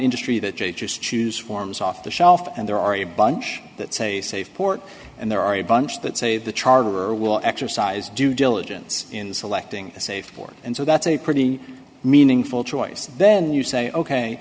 industry that they just choose forms off the shelf and there are a bunch that say safe port and there are a bunch that say the charter will exercise due diligence in selecting a say for and so that's a pretty meaningful choice then you say ok